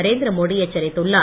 நரேந்திர மோடி எச்சரித்துள்ளார்